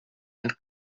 and